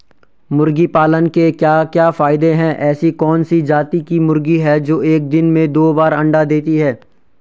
मुर्गी पालन के क्या क्या फायदे हैं ऐसी कौन सी जाती की मुर्गी है जो एक दिन में दो बार अंडा देती है?